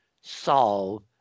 solve